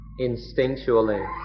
instinctually